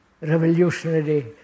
revolutionary